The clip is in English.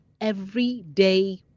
Everyday